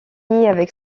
avec